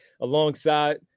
alongside